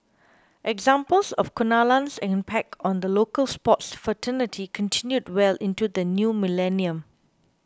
examples of Kunalan's impact on the local sports fraternity continued well into the new millennium